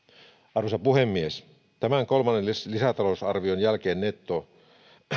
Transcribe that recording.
arvoisa puhemies tämän kolmannen lisätalousarvion jälkeen nettolainanotto